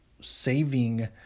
saving